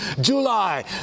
July